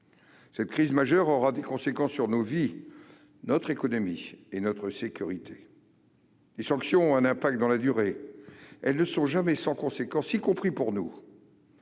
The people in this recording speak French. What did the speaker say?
Cette crise majeure aura des conséquences sur nos vies, notre économie et notre sécurité. Les sanctions ont un impact dans la durée, elles ne sont jamais sans conséquences, y compris pour nous,